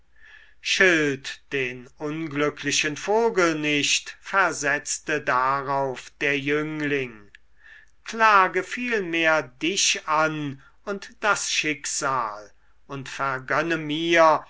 schilt den unglücklichen vogel nicht versetzte darauf der jüngling klage vielmehr dich an und das schicksal und vergönne mir